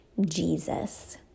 Jesus